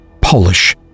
Polish